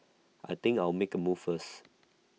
I think I'll make A move first